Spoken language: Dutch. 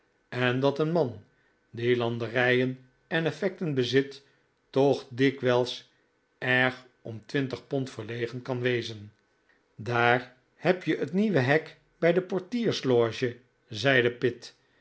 en dat een man die landerijen en effecten bezit toch dikwijls erg om twintig pond verlegen kan wezen daar heb je het nieuwe hek bij de portiersloge zeide pitt